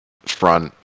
front